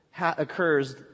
occurs